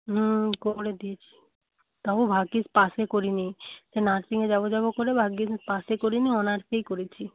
হুম করে দিয়েছি তবু ভাগ্যিস পাসে করিনি নার্সিংয়ে যাবো যাবো করে ভাগ্যিস পাসে করিনি অনার্সেই করেছি